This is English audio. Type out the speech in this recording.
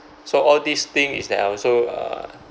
so all these thing is that I also uh